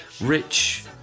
rich